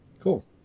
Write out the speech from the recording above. Cool